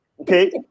okay